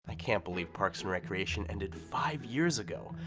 i can't believe parks and recreation ended five years ago.